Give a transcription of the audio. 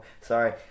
sorry